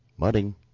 Mudding